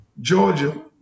Georgia